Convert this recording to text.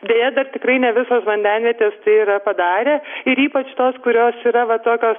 deja dar tikrai ne visos vandenvietės tai yra padarę ir ypač tos kurios yra va tokios